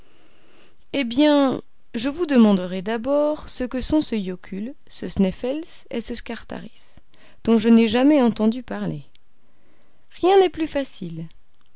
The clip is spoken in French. eh bien je vous demanderai d'abord ce que sont ce yocul ce sneffels et ce scartaris dont je n'ai jamais entendu parler rien n'est plus facile